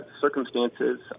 circumstances